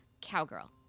cowgirl